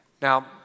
Now